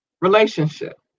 relationship